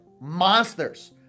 monsters